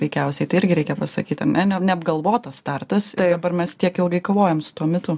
veikiausiai tai irgi reikia pasakyt ane ne neapgalvotas startas dabar mes tiek ilgai kovojam su tuo mitu